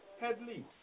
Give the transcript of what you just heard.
Headley